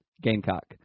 Gamecock